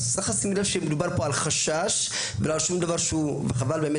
צריך לשים לב שמדובר פה על חשש ולא על שום דבר שהוא וחבל באמת